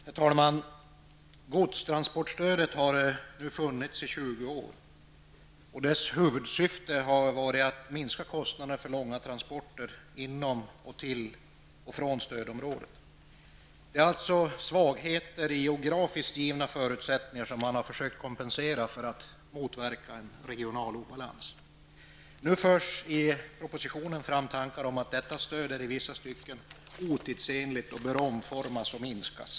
Herr talman! Godstransportstödet har nu funnits i 20 år, och dess huvudsyfte har varit att minska kostnaderna för långa transporter inom samt till och från stödområdet. Det är alltså svagheter i geografiskt givna förutsättningar som man försökt att kompensera för att motverka regional obalans. Nu förs i propositionen fram tankar om att detta stöd i vissa stycken är otidsenligt och därför bör omformas och minskas.